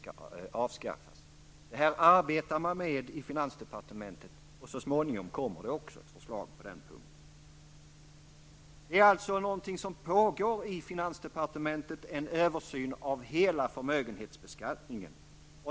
Det är något som man arbetar med i finansdepartementet, och så småningom läggs också ett förslag fram på den punkten. I finansdepartementet pågår en översyn av hela förmögenhetsbeskattningen.